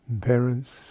Parents